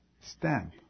stamp